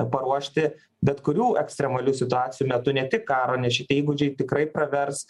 paruošti bet kurių ekstremalių situacijų metu ne tik karo nes šitie įgūdžiai tikrai pravers